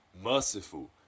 merciful